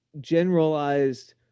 generalized